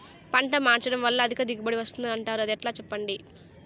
పంట మార్చడం వల్ల అధిక దిగుబడి వస్తుందని అంటారు అది ఎట్లా సెప్పండి